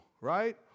right